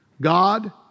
God